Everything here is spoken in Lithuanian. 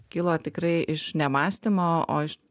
kilo tikrai iš ne mąstymo o iš